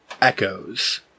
echoes